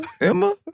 Emma